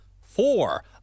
four